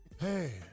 Hey